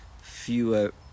fewer